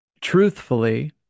truthfully